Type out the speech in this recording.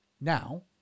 now